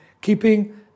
keeping